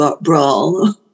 brawl